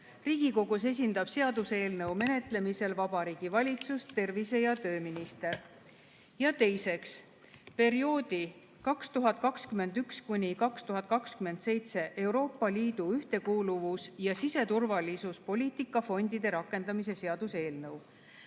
Riigikogus esindab seaduseelnõu menetlemisel Vabariigi Valitsust tervise‑ ja tööminister. Ja teiseks, perioodi 2021–2027 Euroopa Liidu ühtekuuluvus‑ ja siseturvalisuspoliitika fondide rakendamise seaduse eelnõu.